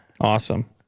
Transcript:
Awesome